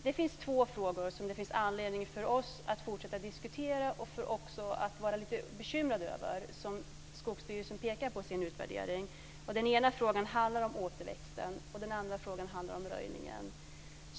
Det finns två frågor som det finns anledning för oss att fortsätta att diskutera och vara lite bekymrade över som Skogsstyrelsen pekar på i sin utvärdering. Den ena frågan handlar om återväxten, och den andra frågan handlar om röjningen.